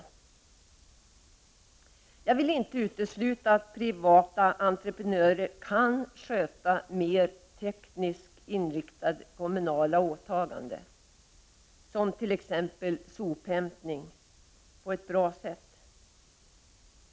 Jag vill inte utesluta att privata entreprenörer kan sköta mer tekniskt inriktade kommunala åtaganden, som t.ex. sophämtning, på ett bra sätt.